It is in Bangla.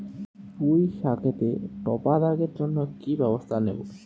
পুই শাকেতে টপা দাগের জন্য কি ব্যবস্থা নেব?